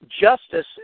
justice